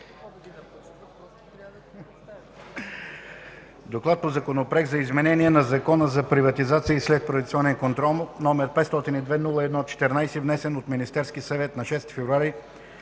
относно Законопроект за изменение на Закона за приватизация и следприватизационен контрол, № 502-01-14, внесен от Министерски съвет на 6 февруари